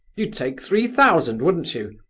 you'd take three thousand, wouldn't you?